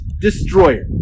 destroyer